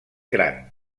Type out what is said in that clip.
gran